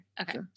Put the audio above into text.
Okay